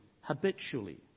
habitually